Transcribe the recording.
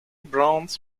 browns